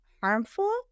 harmful